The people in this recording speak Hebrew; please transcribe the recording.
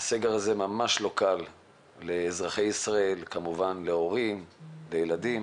הסגר הזה ממש לא קל לאזרחי ישראל וכמובן להורים ולילדים,